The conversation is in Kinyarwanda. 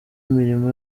imirimo